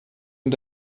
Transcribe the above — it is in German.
und